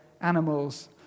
animals